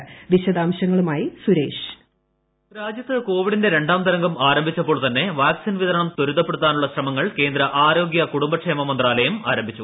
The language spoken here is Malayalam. ് വോയ്സ് രാജ്യത്ത് കോവിഡിന്റെ രണ്ടാം തരംഗം ആരംഭിച്ചപ്പോൾ തന്നെ വാക്സിൻ വിതരണം ത്വരിതപ്പെടുത്താനുള്ള ശ്രമങ്ങൾ കേന്ദ്ര ആരോഗ്യ കുടുംബക്ഷേമ മന്ത്രാലയം ആരംഭിച്ചു